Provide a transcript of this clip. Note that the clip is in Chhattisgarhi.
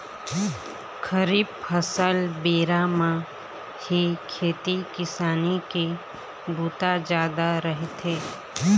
खरीफ फसल बेरा म ही खेती किसानी के बूता जादा रहिथे